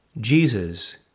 Jesus